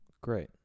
Great